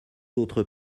autres